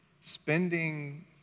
spending